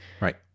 Right